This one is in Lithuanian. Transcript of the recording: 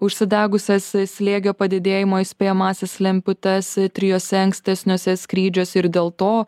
užsidegusias slėgio padidėjimo įspėjamąsias lemputes trijuose ankstesniuose skrydžiuose ir dėl to